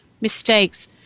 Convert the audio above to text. mistakes